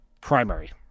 primary